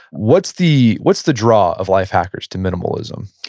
what's the what's the draw of life hackers to minimalism?